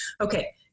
okay